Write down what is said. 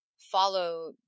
follow